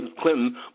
Clinton